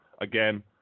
again